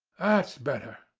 that's better,